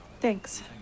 thanks